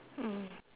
mm